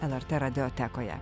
lrt radiotekoje